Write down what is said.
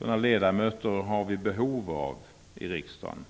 -- har vi behov av i riksdagen.